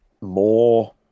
more